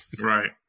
Right